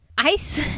Ice